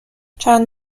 چند